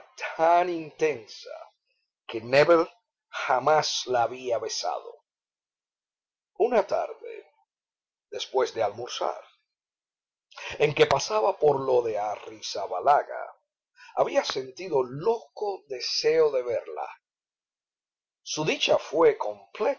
tan intensa que nébel jamás la había besado una tarde después de almorzar en que pasaba por lo de arrizabalaga había sentido loco deseo de verla su dicha fué